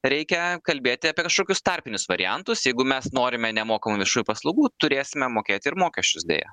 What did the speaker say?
reikia kalbėti apie kažkokius tarpinius variantus jeigu mes norime nemokamų viešųjų paslaugų turėsime mokėti ir mokesčius deja